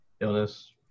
illness